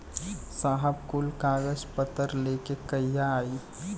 साहब कुल कागज पतर लेके कहिया आई?